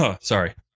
Sorry